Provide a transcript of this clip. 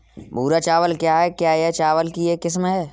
भूरा चावल क्या है? क्या यह चावल की एक किस्म है?